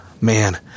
man